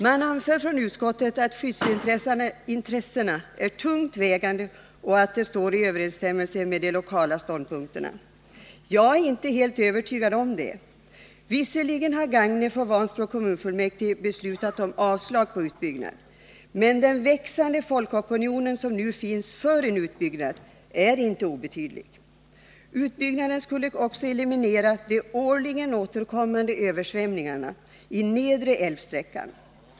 Man anför från utskottet att skyddsintressena är tungt vägande och att ställningstagandet står i överensstämmelse med de lokala ståndpunkterna. Jag är inte helt övertygad om det. Visserligen har Gagnefs och Vansbro kommunfullmäktige beslutat om avslag på ansökan om utbyggnad, men den växande folkopinion som nu finns för en utbyggnad är inte obetydlig. Utbyggnaden skulle också eliminera de årligen återkommande översvämningarna i nedre älvsträckan.